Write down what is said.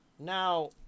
Now